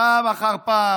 פעם אחר פעם